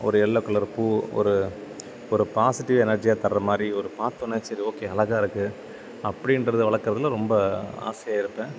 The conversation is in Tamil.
ஒரு எல்லோ கலர் பூ ஒரு ஒரு பாசிட்டிவ் எனர்ஜியா தர்ற மாதிரி ஒரு பார்த்தோன்னே சரி ஓகே அழகா இருக்கு அப்படின்றத வளர்க்கறதுல ரொம்ப ஆசையாக இருப்பேன்